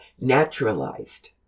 naturalized